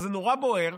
אז זה נורא בוער,